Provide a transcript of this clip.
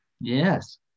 Yes